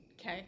Okay